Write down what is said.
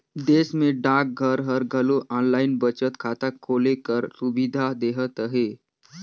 देस में डाकघर हर घलो आनलाईन बचत खाता खोले कर सुबिधा देहत अहे